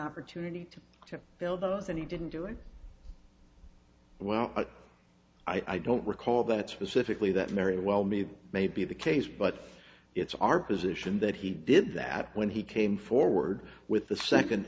opportunity to fill those and he didn't do it well i don't recall that specifically that very well me may be the case but it's our position that he did that when he came forward with the second